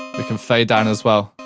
you can fade down as well.